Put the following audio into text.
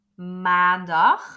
maandag